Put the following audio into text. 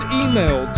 email